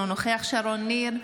אינו נוכח שרון ניר,